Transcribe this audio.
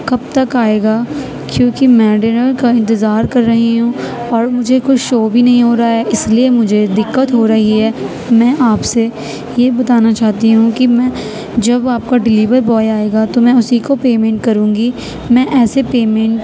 کب تک آئے گا کیوں کہ میں ڈنر کا انتظار کر رہی ہوں اور مجھے کچھ شو بھی نہیں ہو رہا ہے اس لیے مجھے دقّّت ہو رہی ہے میں آپ سے یہ بتانا چاہتی ہوں کہ میں جب آپ کا ڈلیور بوائے آئے گا تو میں اسی کو پیمنٹ کروں گی میں ایسے پیمنٹ